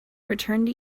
returned